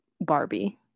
Barbie